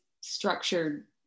structured